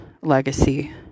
legacy